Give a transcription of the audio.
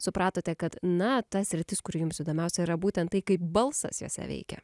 supratote kad na ta sritis kuri jums įdomiausia yra būtent tai kaip balsas juose veikia